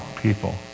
people